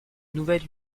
nouvelle